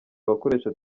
abakoresha